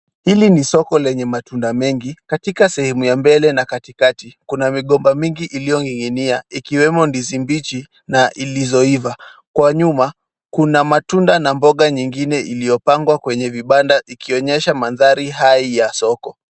Hili ni soko lenye matunda mengi, katika sehemu ya mbele na katikati. Kuna migomba mingi iliyoning'inia ikiwemo ndizi mbichi na ilizoiva. Kwa nyuma kuna matunda na mboga nyingine iliyopangwa kwenye vibanda ikionyesha mandari haya ya soko.